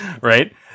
Right